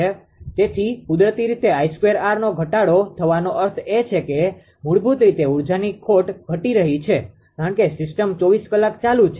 તેથી કુદરતી રીતે 𝐼2𝑟 નો ઘટાડો થવાનો અર્થ એ થાય છે કે મૂળભૂત રીતે ઊર્જાની ખોટ ઘટી રહી છે કારણ કે સિસ્ટમ 24 કલાક ચાલુ છે